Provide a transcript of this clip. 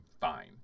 fine